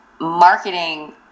marketing